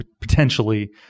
potentially